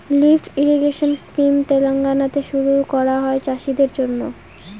lift irrigation scheme তেলেঙ্গানাতে শুরু করা হয় চাষীদের জন্য